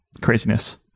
Craziness